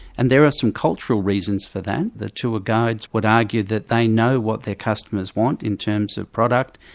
and there are some cultural reasons for that. the tour guides would argue that they know what their customers want in terms of product,